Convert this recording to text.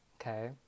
okay